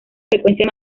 frecuencia